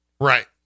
Right